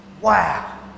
wow